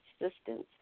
assistance